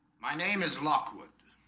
my name is lockwood